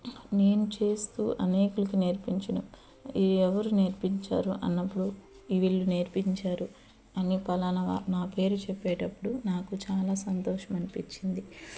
నేను చేస్తు అనేకులకు నేర్పించను ఎవరు నేర్పించారు అన్నప్పుడు వీళ్ళు నేర్పించారు అని పలానా నా పేరు చెప్పేటప్పుడు నాకు చాలా సంతోషం అనిపించింది